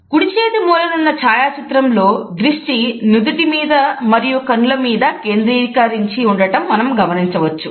కుడిచేతి మూలనున్న ఛాయాచిత్రంలో దృష్టి నుదిటి మీద మరియు కనుల మీద కేంద్రీకరించి ఉండటం మనం గమనించవచ్చు